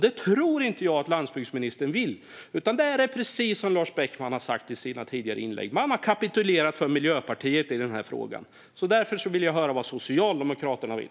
Det tror jag inte att landsbygdsministern vill, utan det är precis som Lars Beckman har sagt i sina tidigare inlägg: Man har kapitulerat för Miljöpartiet i den här frågan. Därför vill jag höra vad Socialdemokraterna vill.